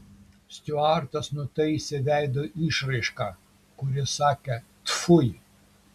stiuartas nutaisė veido išraišką kuri sakė tfui